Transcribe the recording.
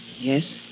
Yes